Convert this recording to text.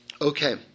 Okay